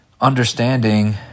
understanding